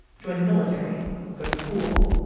join the military go to school.